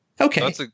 okay